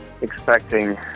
expecting